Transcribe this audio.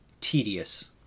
tedious